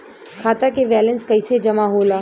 खाता के वैंलेस कइसे जमा होला?